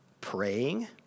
praying